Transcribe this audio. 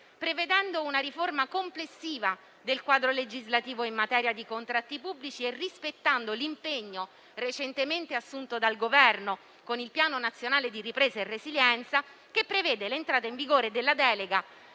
prevedendo una riforma complessiva del quadro legislativo in materia di contratti pubblici e rispettando l'impegno recentemente assunto dal Governo con il Piano nazionale di ripresa e resilienza, che prevede l'entrata in vigore della delega